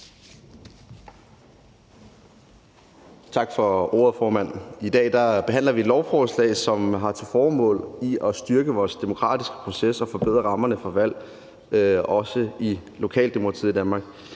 Tak for ordet, formand. I dag behandler vi et lovforslag, som har til formål at styrke vores demokratiske processer og forbedre rammerne for valg, også i lokaldemokratiet i Danmark.